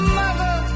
mother